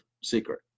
secret